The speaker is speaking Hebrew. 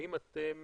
האם אתם